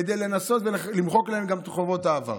כדי לנסות למחוק להם גם את חובות העבר.